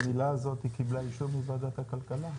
המילה הזאת קיבלה אישור מוועדת הכלכלה?